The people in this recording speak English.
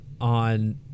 on